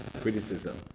criticism